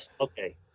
Okay